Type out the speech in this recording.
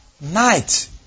night